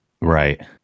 Right